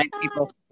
people